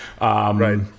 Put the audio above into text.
Right